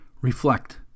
reflect